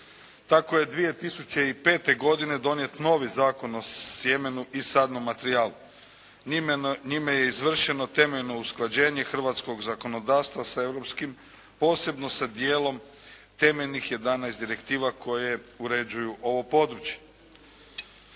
Tako je 2005. godine donijet novi Zakon o sjemenu i sadnom materijalu. Njime je izvršeno temeljno usklađenje hrvatskog zakonodavstva sa europskim, posebno sa djelom temeljnih jedanaest direktiva koje uređuju ovo područje.